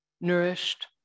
nourished